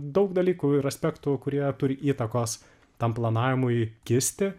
daug dalykų ir aspektų kurie turi įtakos tam planavimui kisti